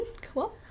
cool